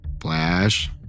Flash